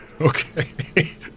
Okay